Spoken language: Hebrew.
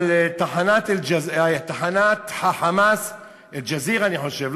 תחנת ה"חמאס" "אל-ג'זירה" אני חושב,